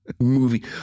movie